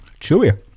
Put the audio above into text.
Chewy